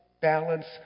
balance